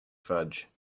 fudge